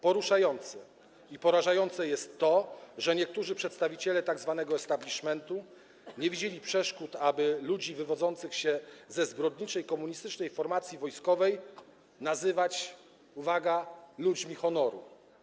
Poruszające i porażające jest to, że niektórzy przedstawiciele tzw. establishmentu nie widzieli przeszkód, aby ludzi wywodzących się ze zbrodniczej komunistycznej formacji wojskowej nazywać - uwaga - ludźmi honoru.